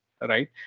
right